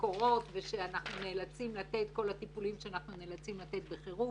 שקורות וכל הטיפולים שאנחנו נאלצים לתת בחירום.